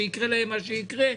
שיקרה להם מה שיקרה,